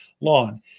lawn